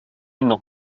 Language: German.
noch